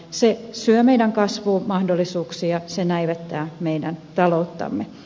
se syö meidän kasvumahdollisuuksiamme se näivettää meidän talouttamme